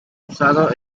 usado